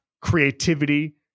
creativity